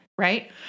Right